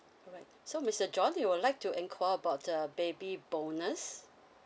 alright so mister john you would like to enquire about the baby bonus